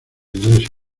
iglesia